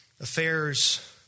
affairs